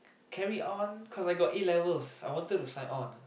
carry on cause I got A-levels I wanted to sign on